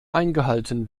eingehalten